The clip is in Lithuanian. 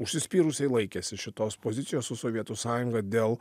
užsispyrusiai laikėsi šitos pozicijos su sovietų sąjunga dėl